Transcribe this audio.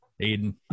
Aiden